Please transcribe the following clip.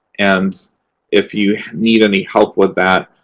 and if you need any help with that,